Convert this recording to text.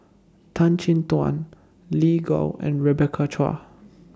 Tan Chin Tuan Lin Gao and Rebecca Chua